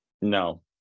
no